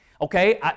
Okay